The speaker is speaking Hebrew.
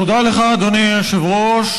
תודה לך, אדוני היושב-ראש.